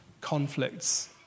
conflicts